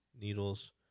needles